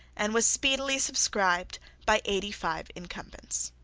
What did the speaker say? and was speedily subscribed by eighty-five incumbents.